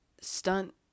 stunt